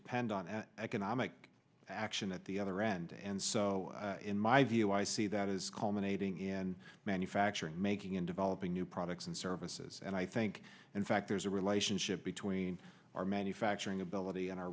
depend on economic action at the other end and so in my view i see that it is common aiding in manufacturing making and developing new products and services and i think in fact there's a relationship between our manufacturing ability and our